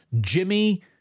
Jimmy